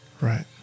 Right